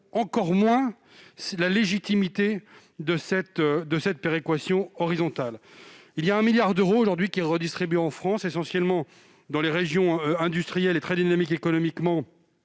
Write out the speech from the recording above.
encore moins la légitimité d'une telle péréquation horizontale. Aujourd'hui, 1 milliard d'euros est redistribué en France, essentiellement de régions industrielles et très dynamiques économiquement